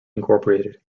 incorporated